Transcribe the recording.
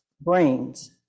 brains